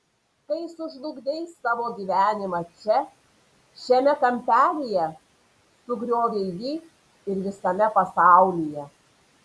kai sužlugdei savo gyvenimą čia šiame kampelyje sugriovei jį ir visame pasaulyje